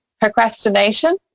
Procrastination